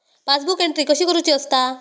Passbook entry कशी करुची असता?